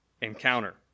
encounter